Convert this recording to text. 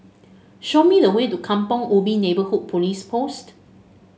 show me the way to Kampong Ubi Neighbourhood Police Post